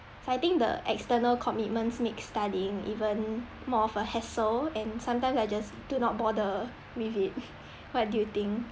so I think the external commitments makes studying even more of a hassle and sometimes I just do not bother with it what do you think